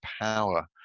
power